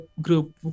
group